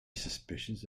suspicions